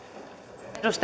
arvoisa